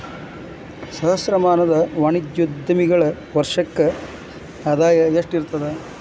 ಸಹಸ್ರಮಾನದ ವಾಣಿಜ್ಯೋದ್ಯಮಿಗಳ ವರ್ಷಕ್ಕ ಆದಾಯ ಎಷ್ಟಿರತದ